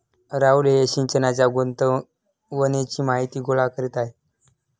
राहुल हे सिंचनाच्या गुणवत्तेची माहिती गोळा करीत आहेत